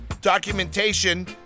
documentation